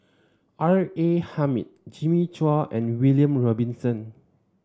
R A Hamid Jimmy Chua and William Robinson